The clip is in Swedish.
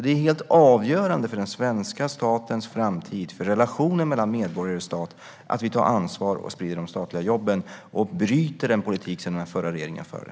Det är helt avgörande för den svenska statens framtid och för relationen mellan medborgare och stat att vi tar ansvar och sprider de statliga jobben och bryter den politik som den förra regeringen förde.